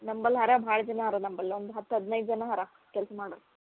ನಂಬಲ್ಲಿ ಆರಾ ಭಾಳ್ ಜನ ಅರೆ ನಂಬಲ್ಲಿ ಒಂದು ಹತ್ತು ಹದಿನೈದು ಜನ ಅರ ಕೆಲಸ ಮಾಡೋರು